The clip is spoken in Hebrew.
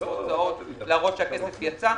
להראות שהכסף יצא.